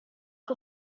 que